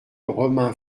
romain